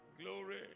Glory